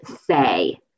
say